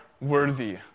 worthy